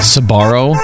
Sabaro